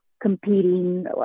competing